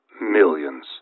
millions